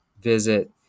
visit